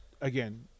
again